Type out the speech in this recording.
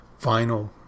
vinyl